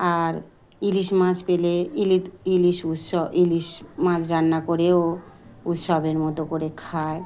আর ইলিশ মাছ পেলে ইলিশ ইলিশ উৎস ইলিশ মাছ রান্না করেও উৎসবের মতো করে খায়